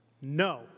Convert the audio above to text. No